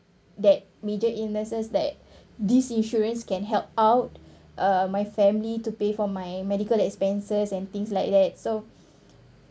that major illnesses that these insurance can help out uh my family to pay for my medical expenses and things like that so